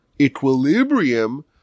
equilibrium